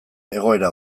egoera